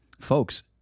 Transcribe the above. Folks